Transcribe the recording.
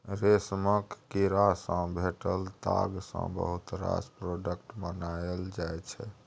रेशमक कीड़ा सँ भेटल ताग सँ बहुत रास प्रोडक्ट बनाएल जाइ छै